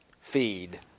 Feed